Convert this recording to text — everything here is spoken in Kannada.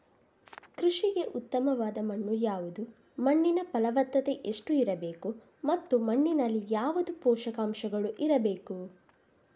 ಕೃಷಿಗೆ ಉತ್ತಮವಾದ ಮಣ್ಣು ಯಾವುದು, ಮಣ್ಣಿನ ಫಲವತ್ತತೆ ಎಷ್ಟು ಇರಬೇಕು ಮತ್ತು ಮಣ್ಣಿನಲ್ಲಿ ಯಾವುದು ಪೋಷಕಾಂಶಗಳು ಇರಬೇಕು?